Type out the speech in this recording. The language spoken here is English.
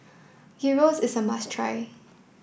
hero is a must try